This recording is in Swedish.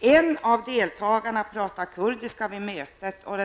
En av deltagarna talade kurdiska vid mötet och